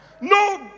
No